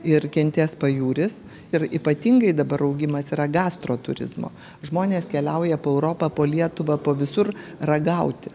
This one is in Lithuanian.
ir kentės pajūris ir ypatingai dabar augimas yra gastro turizmo žmonės keliauja po europą po lietuvą po visur ragauti